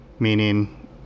meaning